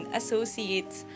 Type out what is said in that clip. associates